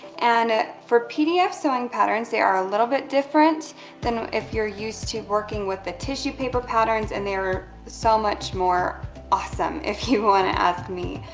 and for pdf sewing patterns, they are a little bit different than if you're used to working with the tissue paper patterns, and they are so much more awesome, if you want to me,